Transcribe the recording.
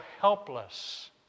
helpless